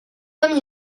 comme